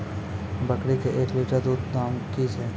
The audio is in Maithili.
बकरी के एक लिटर दूध दाम कि छ?